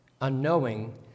unknowing